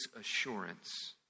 assurance